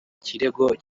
kirego